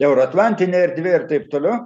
euroatlantine erdve ir taip toliau